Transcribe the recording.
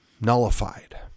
nullified